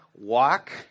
walk